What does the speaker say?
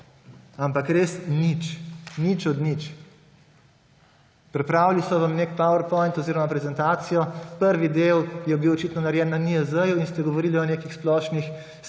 ampak res nič. Nič od nič. Pripravili so vam nek powerpoint oziroma prezentacijo. Prvi del je bil očitno narejen na NIJZ-ju in ste govorili o nekih splošnih